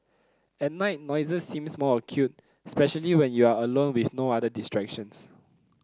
at night noises seems more acute especially when you are alone with no other distractions